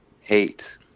hate